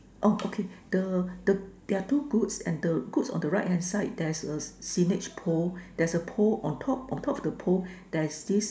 oh okay the the there are two goods and the goods on the right hand side there's a signage pole there's a pole on top on top of the pole there is